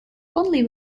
only